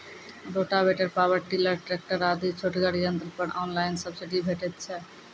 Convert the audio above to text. Rotavator, power tiller, tractor आदि छोटगर यंत्र पर ऑनलाइन सब्सिडी भेटैत छै?